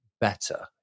better